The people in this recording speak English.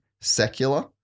secular